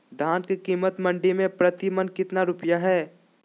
धान के कीमत मंडी में प्रति मन कितना रुपया हाय?